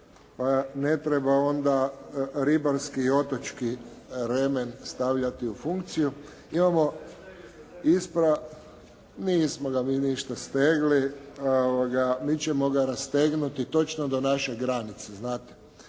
ne treba onda ribarski i otočki remen stavljati u funkciju. Imamo. …/Upadica se ne čuje./… Nismo ga mi ništa stegli. Mi ćemo ga rastegnuti točno do naše granice znate.